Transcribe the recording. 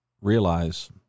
realize